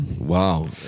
Wow